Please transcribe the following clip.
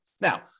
Now